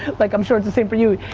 like i'm sure it's the same for you,